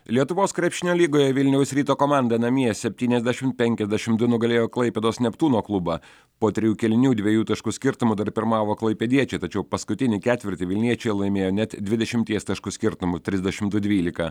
lietuvos krepšinio lygoje vilniaus ryto komanda namie septyniasdešimt penkiasdešimt du nugalėjo klaipėdos neptūno klubą po trijų kėlinių dviejų taškų skirtumu dar pirmavo klaipėdiečiai tačiau paskutinį ketvirtį vilniečiai laimėjo net dvidešimties taškų skirtumu trisdešimt du dvylika